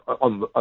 on